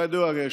כידוע,